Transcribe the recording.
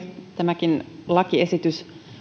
tämäkin lakiesitys